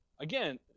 again